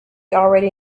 already